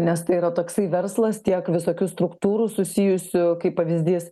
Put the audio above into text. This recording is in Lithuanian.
nes tai yra toksai verslas tiek visokių struktūrų susijusių kaip pavyzdys